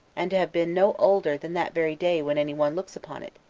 and to have been no older than that very day when any one looks upon it,